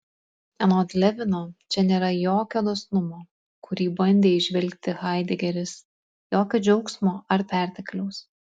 anot levino čia nėra jokio dosnumo kurį bandė įžvelgti haidegeris jokio džiaugsmo ar pertekliaus